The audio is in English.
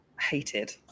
hated